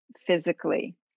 physically